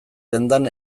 dendan